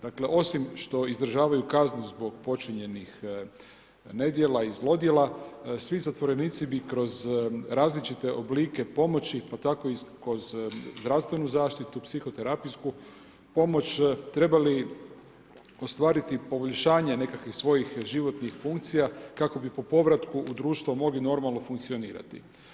Dakle, osim što izdržavaju kaznu zbog počinjenih nedjela i zlodjela, svi zatvorenici bi kroz različite oblike pomoći, pa tako i kroz zdravstvenu zaštitu, psihoterapijsku, pomoć trebali ostvariti poboljšanje nekakvih svojih životnih funkcija, kako bi po povratka u društvo mogli normalno funkcionirati.